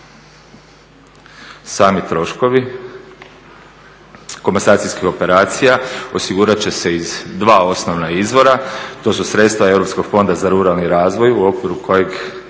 Sami troškovi komasacijskih operacija osigurat će se iz dva osnovna izvora, to su sredstva Europskog fonda za ruralni razvoj u okviru kojeg